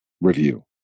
review